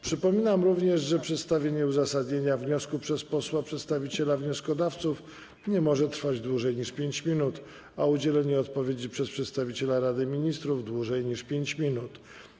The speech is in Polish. Przypominam również, że przedstawienie uzasadnienia wniosku przez posła przedstawiciela wnioskodawców nie może trwać dłużej niż 5 minut, a udzielenie odpowiedzi przez przedstawiciela Rady Ministrów - dłużej niż 5 minut.